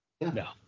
No